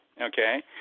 Okay